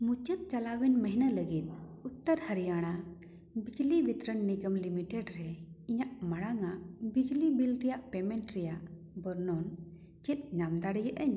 ᱢᱩᱪᱟᱹᱫ ᱪᱟᱞᱟᱣᱮᱱ ᱢᱟᱹᱦᱱᱟᱹ ᱞᱟᱹᱜᱤᱫ ᱩᱛᱛᱚᱨ ᱦᱟᱹᱨᱤᱭᱟᱱᱟ ᱵᱤᱡᱽᱞᱤ ᱵᱤᱛᱚᱨᱚᱱ ᱱᱤᱜᱚᱢ ᱞᱤᱢᱤᱴᱮᱰ ᱨᱮ ᱤᱧᱟᱹᱜ ᱢᱟᱲᱟᱝᱼᱟᱜ ᱵᱤᱡᱽᱞᱤ ᱵᱤᱞ ᱨᱮᱭᱟᱜ ᱯᱮᱢᱮᱴ ᱨᱮᱭᱟᱜ ᱵᱚᱨᱱᱚᱱ ᱪᱮᱫ ᱧᱟᱢ ᱫᱟᱲᱮᱭᱟᱹᱜᱼᱟᱹᱧ